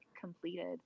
completed